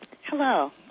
Hello